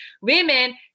women